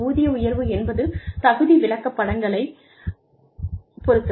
ஊதிய உயர்வு என்பது தகுதி விளக்கப்படங்களைப் பொறுத்தது